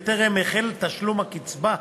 וטרם החל תשלום קצבה,